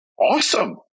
awesome